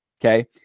Okay